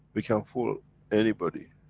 we can fool anybody,